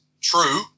true